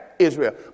Israel